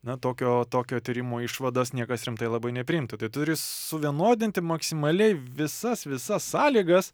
na tokio tokio tyrimo išvadas niekas rimtai labai nepriimtų tai turi suvienodinti maksimaliai visas visas sąlygas